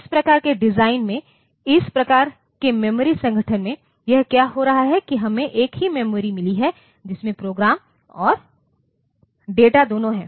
इस प्रकार के डिजाइन में इस प्रकार के मेमोरी संगठन में यह क्या हो रहा है कि हमें एक ही मेमोरी मिली है जिसमें प्रोग्राम और डेटा दोनों हैं